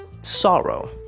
sorrow